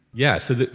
yeah, so,